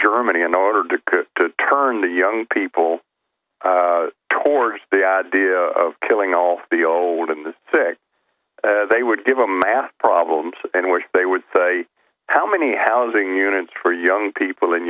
germany in order to turn the young people towards the idea of killing all the old and sick they would give a man problems and where they would say how many housing units for young people and